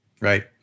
Right